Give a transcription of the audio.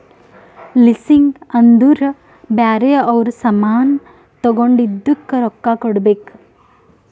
leasing ಅಂದುರ್ ಬ್ಯಾರೆ ಅವ್ರ ಸಾಮಾನ್ ತಗೊಂಡಿದ್ದುಕ್ ರೊಕ್ಕಾ ಕೊಡ್ಬೇಕ್